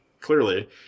clearly